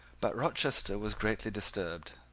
but rochester was greatly disturbed.